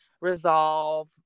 resolve